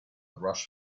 rush